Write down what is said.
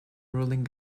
ruling